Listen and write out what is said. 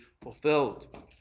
fulfilled